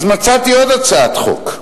אז מצאתי עוד הצעת חוק,